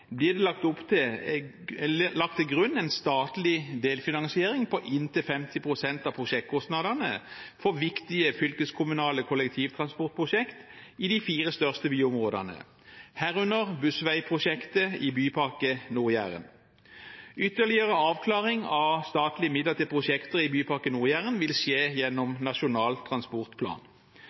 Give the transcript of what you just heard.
lagt til grunn en statlig delfinansiering på inntil 50 pst. av prosjektkostnadene for viktige fylkeskommunale kollektivtransportprosjekt i de fire største byområdene, herunder bussveiprosjektet i Bypakke Nord-Jæren. Ytterligere avklaring av statlige midler til prosjekter i Bypakke Nord-Jæren vil skje gjennom Nasjonal transportplan.